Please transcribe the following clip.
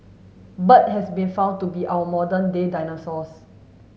bird has been found to be our modern day dinosaurs